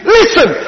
listen